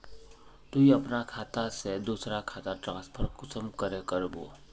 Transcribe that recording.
तुई अपना खाता से दूसरा खातात ट्रांसफर कुंसम करे करबो?